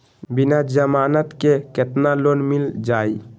बिना जमानत के केतना लोन मिल जाइ?